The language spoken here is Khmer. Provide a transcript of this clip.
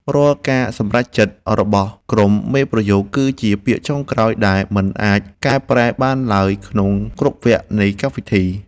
រាល់ការសម្រេចចិត្តរបស់ក្រុមមេប្រយោគគឺជាពាក្យចុងក្រោយដែលមិនអាចកែប្រែបានឡើយក្នុងគ្រប់វគ្គនៃកម្មវិធី។